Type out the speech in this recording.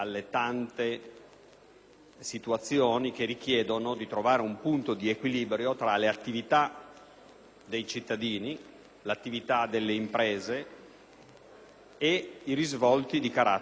situazioni che richiedono di trovare un punto di equilibrio tra le attività dei cittadini, l'attività delle imprese e i risvolti di carattere ambientale.